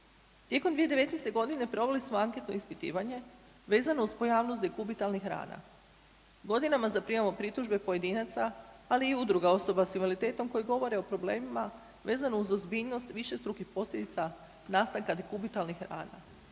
Tijekom 2019. g. proveli smo anketno ispitivanje vezano uz pojavnost dekubitalnih rana. Godinama zaprimamo pritužbe pojedinaca, ali i udruga osoba s invaliditetom koji govore o problemima vezano uz ozbiljnost višestrukih posljedica nastanka dekubitalnih rana.